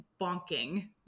bonking